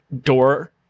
door